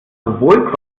sowohl